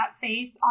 faith